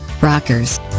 Rockers